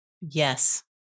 Yes